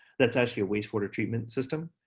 that's actually waste water treatment system,